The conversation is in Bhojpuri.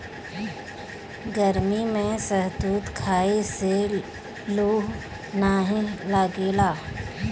गरमी में शहतूत खाए से लूह नाइ लागेला